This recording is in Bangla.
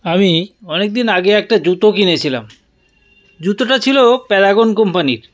আমি অনেক দিন আগে একটা জুতো কিনেছিলাম জুতোটা ছিল প্যারাগন কোম্পানির